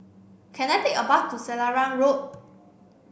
can I take a bus to Selarang Road